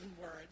words